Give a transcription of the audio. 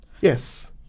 Yes